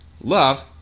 love